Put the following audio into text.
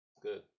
Good